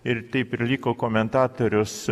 ir taip ir liko komentatorius